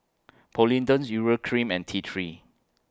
Polident's Urea Cream and T three